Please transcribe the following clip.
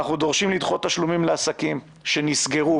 אנחנו דורשים לדחות תשלומים לעסקים שנסגרו.